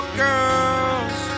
girls